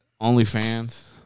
OnlyFans